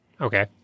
Okay